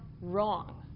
wrong